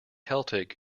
celtic